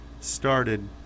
started